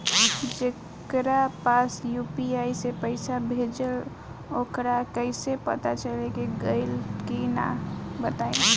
जेकरा पास यू.पी.आई से पईसा भेजब वोकरा कईसे पता चली कि गइल की ना बताई?